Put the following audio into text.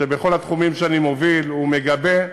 בכל התחומים שאני מוביל, הוא מגבה,